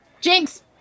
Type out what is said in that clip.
Jinx